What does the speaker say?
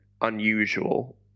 unusual